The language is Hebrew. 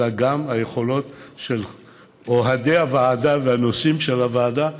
אלא גם את היכולות של אוהדי הוועדה והנושאים של הוועדה,